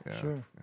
sure